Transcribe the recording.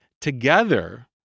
Together